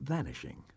vanishing